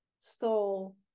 stole